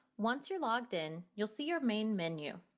once you're logged in, you'll see your main menu.